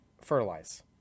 fertilize